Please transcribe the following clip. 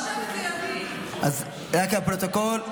לפרוטוקול,